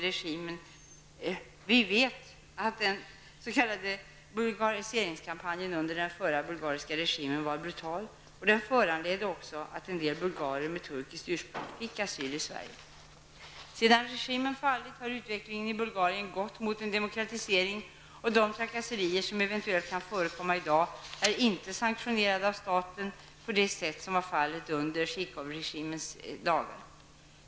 Vi vet att den s.k. bulgariseringskampanjen under den förra bulgariska regimen var brutal, och den föranledde också att en del bulgarer med turkiskt ursprung fick asyl i Sverige. Sedan regimen fallit, har utvecklingen i Bulgarien gått mot en demokratisering, och de trakasserier som eventuellt kan förekomma i dag är inte sanktionerade av staten på det sätt som var fallet under Zhivkov-regimens dagar.